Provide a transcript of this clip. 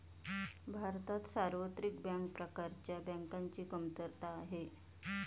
भारतात सार्वत्रिक बँक प्रकारच्या बँकांची कमतरता आहे